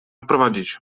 odprowadzić